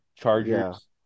Chargers